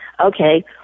Okay